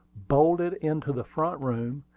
bolted into the front room,